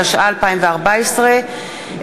התשע"ה 2014,